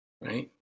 right